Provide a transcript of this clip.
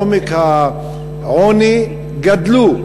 ועומק העוני, גדלו,